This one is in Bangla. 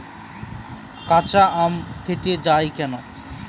কাঁচা আম ফেটে য়ায় কেন?